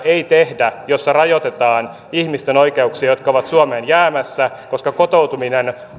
ei tehdä sellaista lainsäädäntöä jossa rajoitetaan niiden ihmisten oikeuksia jotka ovat suomeen jäämässä koska